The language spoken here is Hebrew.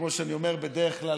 כמו שאני אומר בדרך כלל,